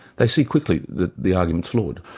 they see quickly that the argument's flawed.